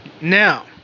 Now